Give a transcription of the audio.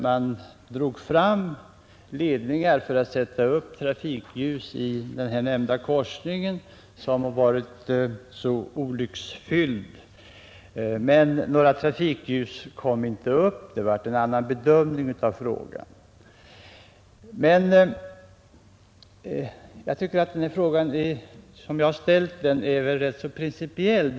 Man drog fram ledningar för att sätta upp trafikljus i den nämnda korsningen, som varit så olycksfylld, men några trafikljus kom inte upp. Det blev en annan bedömning av saken. Jag tycker att denna fråga, så som jag har ställt den, är principiell.